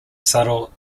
subtle